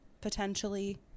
potentially